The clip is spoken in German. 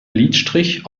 lidstrich